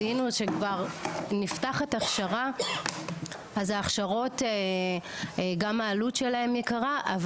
שכבר נפתחת הכשרה אז ההכשרות גם העלות שלהן יקרה,